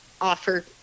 offer